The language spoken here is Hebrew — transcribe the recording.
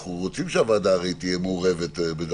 ואנחנו רוצים שהוועדה תהיה מעורבת,